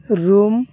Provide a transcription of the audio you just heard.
room